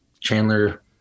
chandler